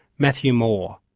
matthew moore.